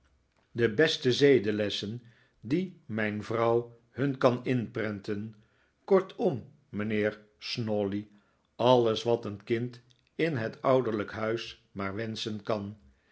de beste zedenlessen die mijn vrouw hun kan inprenten kortom mijnheer snawley alles wat een kind in het ouderlijk huis maar wenschen kan